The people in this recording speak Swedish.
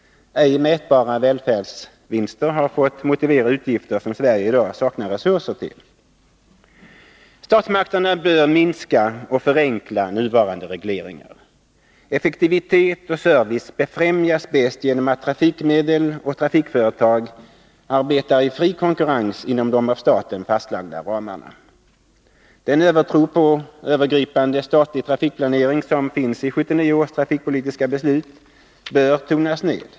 Ej mätbara välfärdsvinster har fått motivera utgifter som Sverige i dag saknar resurser till. Statsmakterna bör minska och förenkla nuvarande regleringar. Effektivi Nr 93 tet och service befrämjas bäst genom att trafikmedel och trafikföretag Onsdagen den arbetar i fri konkurrens inom de av staten fastlagda ramarna. Den övertro på 9 mars 1983 övergripande statlig trafikplanering som finns i 1979 års trafikpolitiska beslut bör tonas ned.